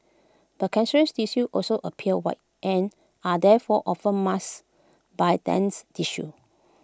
but cancerous tissues also appear white and are therefore often masked by dense tissues